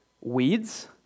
weeds